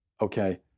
okay